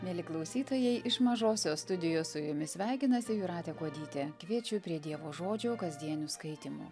mieli klausytojai iš mažosios studijos su jumis sveikinasi jūratė kuodytė kviečiu prie dievo žodžio kasdienių skaitymų